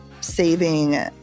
saving